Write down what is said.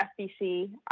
FBC